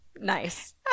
Nice